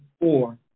four